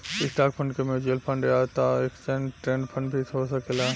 stock fund के mutual fund या त एक्सचेंज ट्रेड फंड भी हो सकेला